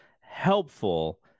helpful